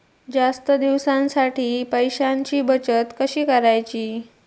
जास्त दिवसांसाठी पैशांची बचत कशी करायची?